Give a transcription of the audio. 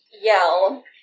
yell